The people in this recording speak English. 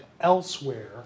elsewhere